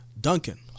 Duncan